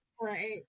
right